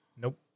Nope